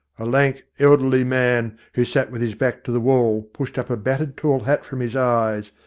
a lank, elderly man, who sat with his back to the wall, pushed up a battered tall hat from his eyes,